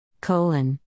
Colon